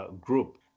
Group